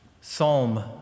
Psalm